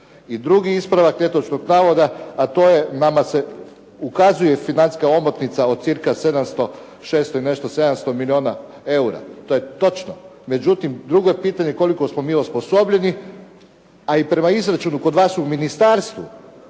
I drugi ispravak netočnog navoda a to je nama se ukazuje financijska omotnica od cirka 600 i nešto, 700 milijuna eura. To je točno. Međutim, drugo je pitanje koliko smo mi osposobljeni a i prema izračunu kod nas u ministarstvu